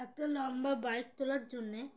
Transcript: একটা লম্বা বাইক তোলার জন্যে